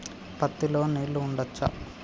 పత్తి లో నీళ్లు ఉంచచ్చా?